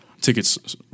tickets